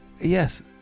Yes